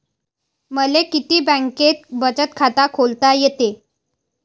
मले किती बँकेत बचत खात खोलता येते?